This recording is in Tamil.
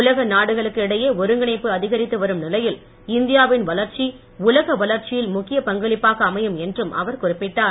உலக நாடுகளுக்கு இடையே ஒருங்கிணைப்பு அதிகரித்து வரும் நிலையில் இந்தியாவின் வளர்ச்சி உலக வளர்ச்சியில் முக்கிய பங்களிப்பாக அமையும் என்றும் அவர் குறிப்பிட்டார்